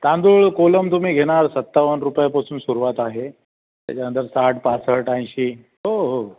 तांदूळ कोलम तुम्ही घेणार सत्तावन्न रुपयापासून सुरुवात आहे त्याच्यानंतर साठ पासष्ट ऐंशी हो हो